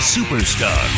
Superstar